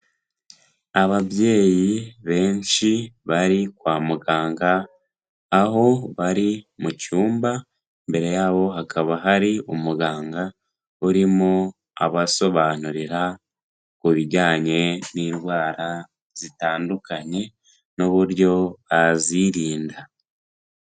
Ababyeyi benshi bari kwa muganga, aho bari mu cyumba, imbere yabo hakaba hari umuganga urimo abasobanurira ku bijyanye n'indwara zitandukanye n'uburyo bazirinda.